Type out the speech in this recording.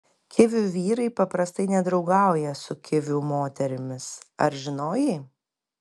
kivių vyrai paprastai nedraugauja su kivių moterimis ar žinojai